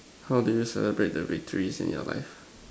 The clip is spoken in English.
how do you celebrate the victories in your life